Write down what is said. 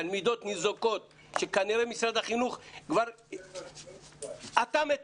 תלמידות ניזוקות שכנראה משרד החינוך כבר אטם את